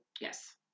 Yes